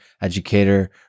educator